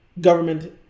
government